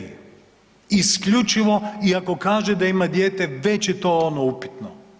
Isključivo i ako kaže da ima dijete već je to ono upitno.